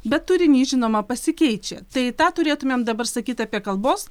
bet turinys žinoma pasikeičia tai tą turėtumėm dabar sakyti apie kalbos